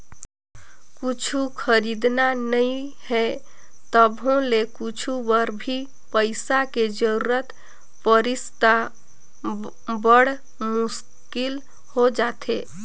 कुछु खरीदना नइ हे तभो ले कुछु बर भी पइसा के जरूरत परिस त बड़ मुस्कुल हो जाथे